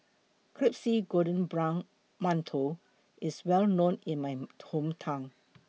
Crispy Golden Brown mantou IS Well known in My Hometown